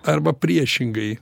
arba priešingai